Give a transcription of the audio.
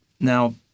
Now